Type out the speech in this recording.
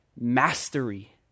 mastery